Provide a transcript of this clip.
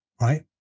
right